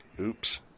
Oops